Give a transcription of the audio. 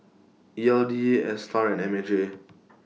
E L D ASTAR and M H A